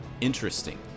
interesting